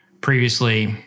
previously